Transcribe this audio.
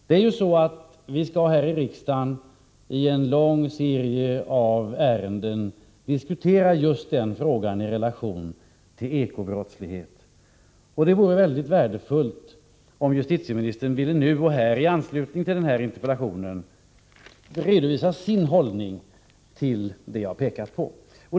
Vi skall ju här i riksdagen i en lång serie ärenden diskutera just den frågan i relation till eko-brottslighet, och det vore mycket värdefullt om justitieministern ville, här och nu, i anslutning till den här interpellationen, redovisa sin hållning till det som jag har pekat på.